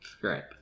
Great